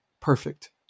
perfect